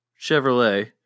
Chevrolet